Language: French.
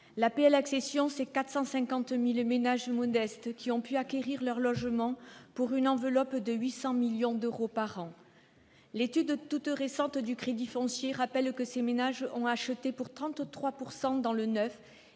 l'APL-accession, 450 000 ménages modestes ont pu acquérir leur logement, pour une enveloppe de 800 millions d'euros par an. L'étude toute récente du Crédit foncier rappelle que ces ménages ont acheté pour 33 % d'entre eux